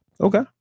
Okay